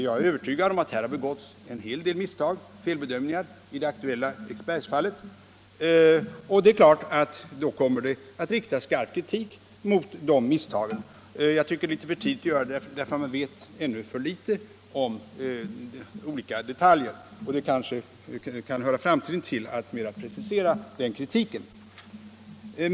Jag är övertygad om att det i det aktuella Eriksbergsfallet har begåtts en hel del misstag och felbedömningar, och det är klart att det då kommer att riktas skarp kritik mot de misstag som gjorts. Jag tycker dock att det nu är för tidigt att göra det, eftersom man ännu vet för litet om olika detaljer. Det kanske kan höra framtiden till att närmare precisera den kritiken.